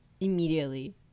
immediately